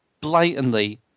blatantly